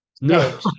No